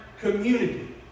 community